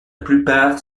plupart